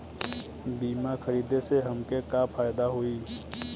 बीमा खरीदे से हमके का फायदा होई?